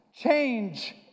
change